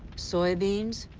soybeans,